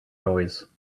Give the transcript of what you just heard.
noise